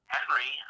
Henry